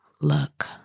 Look